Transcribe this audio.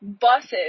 buses